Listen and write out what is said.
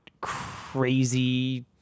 crazy